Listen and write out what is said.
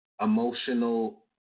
emotional